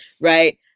right